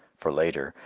for later,